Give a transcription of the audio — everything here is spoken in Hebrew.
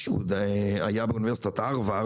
כשהיה באוניברסיטת הרווארד,